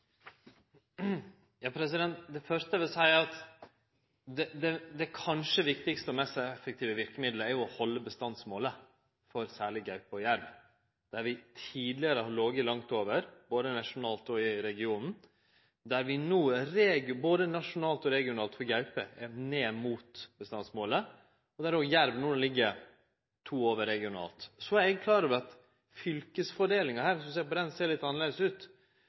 første eg vil seie, er at det kanskje viktigaste og mest effektive verkemidlet er å halde bestandsmålet for særleg gaupe og jerv. Der har vi tidlegare lege langt over, både nasjonalt og i regionen, men der har vi no både nasjonalt og regionalt for gaupe kome ned mot bestandsmålet, og òg jerv ligg no to over regionalt. Så er eg klar over at om ein ser på fylkesfordelinga, ser ho litt annleis ut.